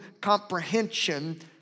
comprehension